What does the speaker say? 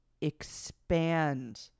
expand